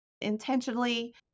intentionally